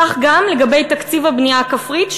כך גם לגבי תקציב הבנייה הכפרית,